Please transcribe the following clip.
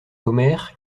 omer